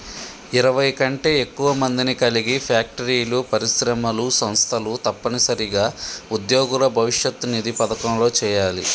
ఇరవై కంటే ఎక్కువ మందిని కలిగి ఫ్యాక్టరీలు పరిశ్రమలు సంస్థలు తప్పనిసరిగా ఉద్యోగుల భవిష్యత్ నిధి పథకంలో చేయాలి